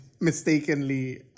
mistakenly